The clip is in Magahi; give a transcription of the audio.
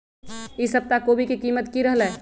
ई सप्ताह कोवी के कीमत की रहलै?